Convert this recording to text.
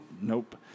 Nope